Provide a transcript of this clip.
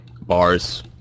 bars